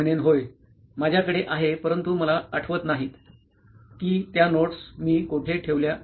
मी म्हणेन होय माझ्याकडे आहे परंतु मला आठवत नाहीत कि त्या नोट्स मी कोठे ठेवल्या